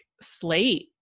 slate